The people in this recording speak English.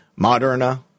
Moderna